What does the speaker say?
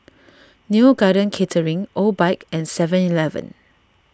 Neo Garden Catering Obike and Seven Eleven